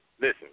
listen